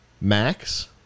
Max